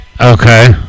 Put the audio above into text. Okay